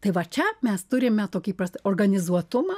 tai va čia mes turime tokį įprastą organizuotumą